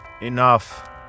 Enough